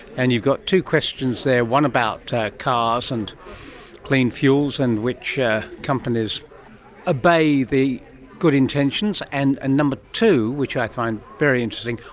and you've got two questions there, one about cars and clean fuels and which ah companies ah obey the good intentions. and number two, which i find very interesting,